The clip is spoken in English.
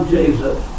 Jesus